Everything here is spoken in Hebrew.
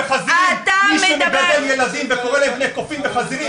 מי שמגדל ילדים ואומר בני קופים וחזירים,